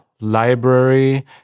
library